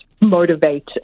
motivate